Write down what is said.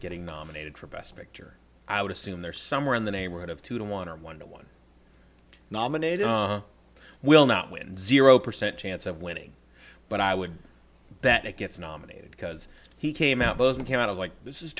getting nominated for best picture i would assume they're somewhere in the neighborhood of two to one or one to one nominated will not win zero percent chance of winning but i would bet it gets nominated because he came out both came out of like this is